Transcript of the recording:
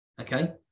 Okay